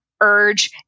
urge